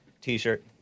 t-shirt